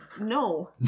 no